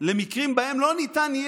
למקרים שבהם לא יהיה ניתן,